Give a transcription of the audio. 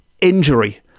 injury